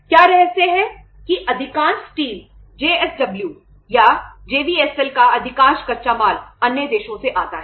क्या रहस्य है कि अधिकांश स्टील जे एस डब्ल्यू का अधिकांश कच्चा माल अन्य देशों से आता है